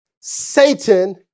Satan